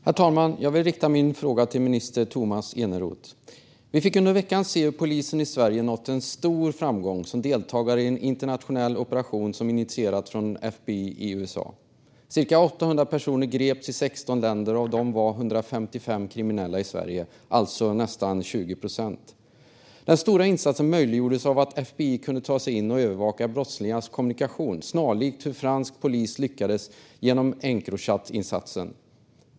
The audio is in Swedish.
Herr talman! Jag vill rikta min fråga till minister Tomas Eneroth. Vi fick under veckan se hur polisen i Sverige nådde en stor framgång som deltagare i en internationell operation som initierats av FBI i USA. Cirka 800 personer greps i 16 länder, och av dem var 155 kriminella i Sverige, alltså nästan 20 procent. Denna stora insats möjliggjordes av att FBI kunde ta sig in och övervaka brottslingarnas kommunikation, snarlikt hur fransk polis lyckades genom Encrochat-insatsen.